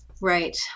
Right